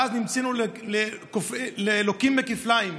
ואז נמצאנו לוקים כפליים: